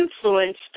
influenced